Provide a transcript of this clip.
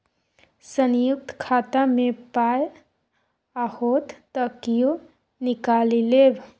संयुक्त खाता मे पाय आओत त कियो निकालि लेब